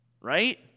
right